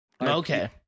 Okay